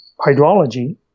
hydrology